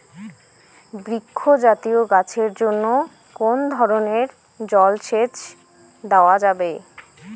বৃক্ষ জাতীয় গাছের জন্য কোন ধরণের জল সেচ দেওয়া যাবে?